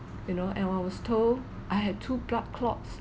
you know and I was told I had two blood clots